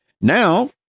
Now